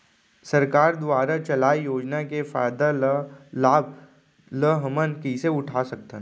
सरकार दुवारा चलाये योजना के फायदा ल लाभ ल हमन कइसे उठा सकथन?